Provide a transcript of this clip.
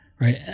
Right